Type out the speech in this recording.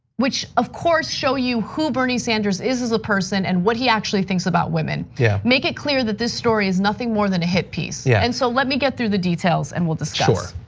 which, of course, show you who bernie sanders is as a person, and what he actually thinks about women. yeah make it clear that this story is nothing more than a hit piece. yeah and so let me get through the details, and we'll discuss. sure.